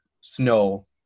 Snow